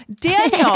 Daniel